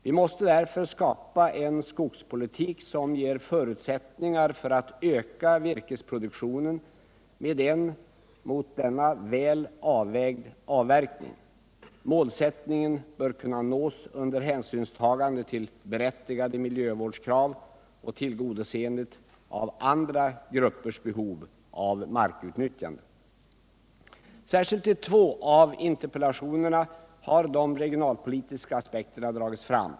Vi måste därför skapa en skogspolitik som ger förutsättningar för att öka virkesproduktionen med en mot denna väl avvägd avverkning. Målsättningen bör kunna nås under hänsynstagande till berättigade miljövårdskrav och tillgodoseende av andra gruppers behov av markutnyttjande. Särskilt i två av interpellationerna har de regionalpolitiska aspekterna dragits fram.